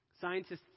Scientists